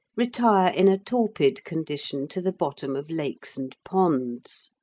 retire in a torpid condition to the bottom of lakes and ponds.